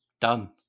Done